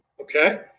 Okay